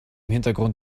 hintergrund